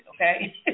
okay